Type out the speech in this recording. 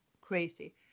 crazy